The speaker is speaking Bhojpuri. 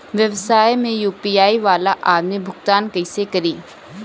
व्यवसाय में यू.पी.आई वाला आदमी भुगतान कइसे करीं?